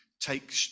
take